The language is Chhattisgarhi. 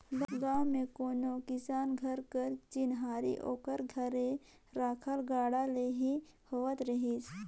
गाँव मे कोनो किसान घर कर चिन्हारी ओकर घरे रखल गाड़ा ले ही होवत रहिस